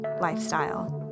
lifestyle